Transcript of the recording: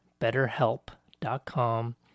betterhelp.com